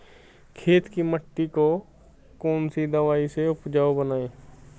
खेत की मिटी को कौन सी दवाई से उपजाऊ बनायें?